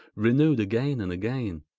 renewed again and again.